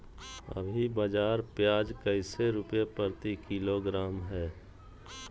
अभी बाजार प्याज कैसे रुपए प्रति किलोग्राम है?